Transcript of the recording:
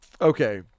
okay